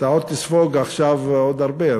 אתה תספוג עכשיו עוד הרבה.